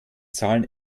zahlen